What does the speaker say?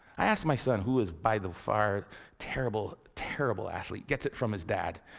i ask my son who is by the far a terrible, terrible athlete, gets it from his dad.